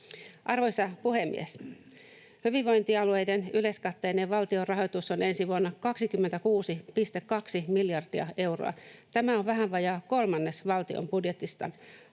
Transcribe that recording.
Arvoisa puhemies! Hyvinvointialueiden yleiskatteinen valtionrahoitus on ensi vuonna 26,2 miljardia euroa. Tämä on vähän vajaa kolmannes valtion budjetista.